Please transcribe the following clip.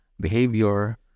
behavior